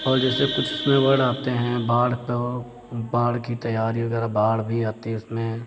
और जैसे कुछ उसमें वर्ड आते हैं बाढ़ तो बाढ़ की तैयारी वगैरह बाढ़ भी आती है उसमें